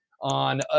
on